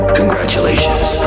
congratulations